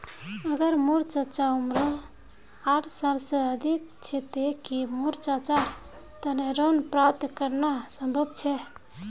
अगर मोर चाचा उम्र साठ साल से अधिक छे ते कि मोर चाचार तने ऋण प्राप्त करना संभव छे?